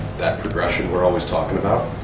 that progression we're always talking about.